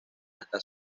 hasta